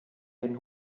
den